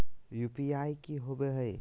UPI की होवे हय?